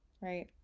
right